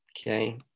Okay